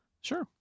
Sure